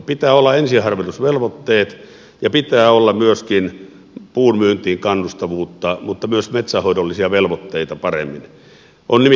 pitää olla ensiharvennusvelvoitteet ja pitää olla myöskin puun myyntiin kannustavuutta mutta myös paremmin metsänhoidollisia velvoitteita